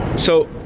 so